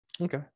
Okay